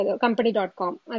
company.com